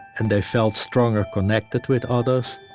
and they felt stronger connected with others.